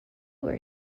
were